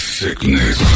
sickness